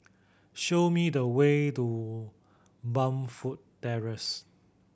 show me the way to Burnfoot Terrace